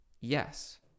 Yes